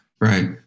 right